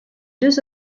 deux